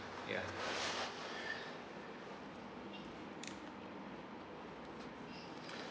ya